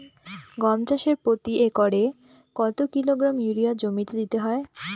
গম চাষে প্রতি একরে কত কিলোগ্রাম ইউরিয়া জমিতে দিতে হয়?